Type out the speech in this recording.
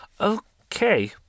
Okay